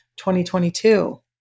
2022